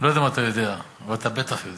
אני לא יודע אם אתה יודע, אבל אתה בטח יודע